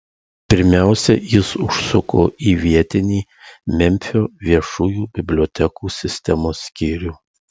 pirmiausia jis užsuko į vietinį memfio viešųjų bibliotekų sistemos skyrių